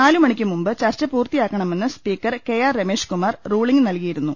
നാലു മണിക്കുമുമ്പ് ചർച്ച പൂർത്തിയാക്കണമെന്ന് speaker K R Ramesh Kumar ruling നൽകിയിരുന്നു